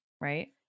right